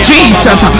Jesus